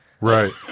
Right